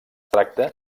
tracta